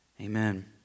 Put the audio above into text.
Amen